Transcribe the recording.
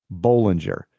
Bollinger